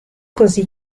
così